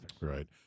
Right